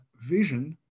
vision